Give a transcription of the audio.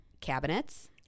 Cabinets